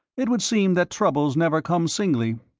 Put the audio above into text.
it would seem that troubles never come singly.